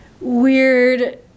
weird